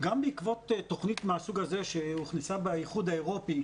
גם בעקבות תוכנית מהסוג הזה שהוכנסה באיחוד האירופי